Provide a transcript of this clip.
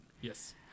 Yes